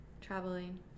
traveling